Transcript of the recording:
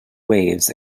waves